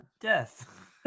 death